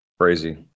Crazy